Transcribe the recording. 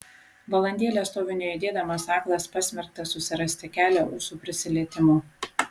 valandėlę stoviu nejudėdamas aklas pasmerktas susirasti kelią ūsų prisilietimu